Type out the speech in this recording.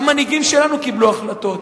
גם מנהיגים שלנו קיבלו החלטות.